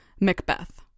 Macbeth